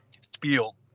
spiel